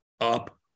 up